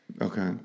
Okay